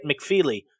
McFeely